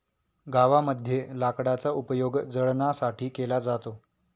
गावामध्ये लाकडाचा उपयोग जळणासाठी केला जातो